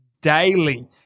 daily